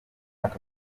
aka